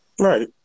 Right